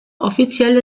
offiziell